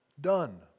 done